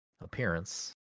appearance